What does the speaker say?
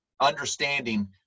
understanding